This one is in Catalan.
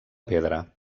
pedra